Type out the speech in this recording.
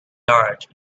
large